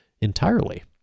entirely